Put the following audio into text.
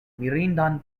mirindan